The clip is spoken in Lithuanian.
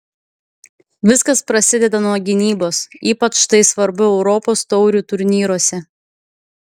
viskas prasideda nuo gynybos ypač tai svarbu europos taurių turnyruose